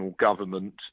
government